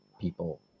people